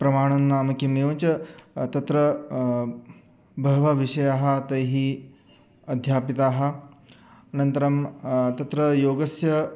प्रमाणं नाम किम् एवञ्च तत्र बहवः विषयाः तैः अध्यापिताः अनन्तरं तत्र योगस्य